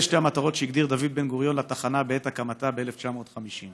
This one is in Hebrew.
אלה שתי המטרות שהגדיר דוד בן-גוריון לתחנה בעת הקמתה ב-1950.